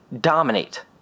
dominate